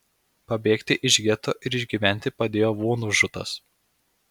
pabėgti iš geto ir išgyventi padėjo vonžutas